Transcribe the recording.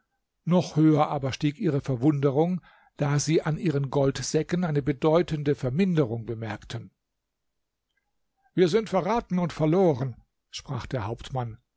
noch höher aber stieg ihre verwunderung da sie an ihren goldsäcken eine bedeutende verminderung bemerkten wir sind verraten und verloren sprach der hauptmann